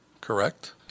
Correct